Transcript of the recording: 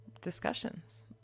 discussions